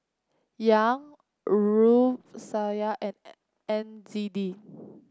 Yuan Rufiyaa and N Z D